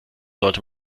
sollte